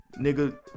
Nigga